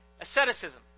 Asceticism